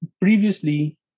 Previously